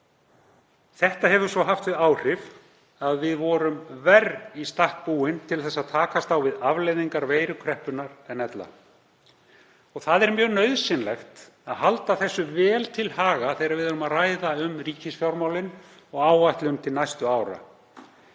Það hefur svo haft þau áhrif að við vorum verr í stakk búin en ella til að takast á við afleiðingar veirukreppunnar. Það er mjög nauðsynlegt að halda þessu vel til haga þegar við ræðum um ríkisfjármálin og áætlun til næstu ára.